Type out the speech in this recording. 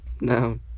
No